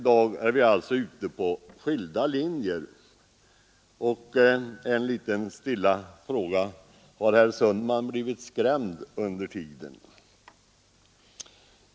Nu är vi alltså på skilda linjer. En liten stilla fråga: Har herr Sundman blivit skrämd under tiden?